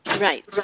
Right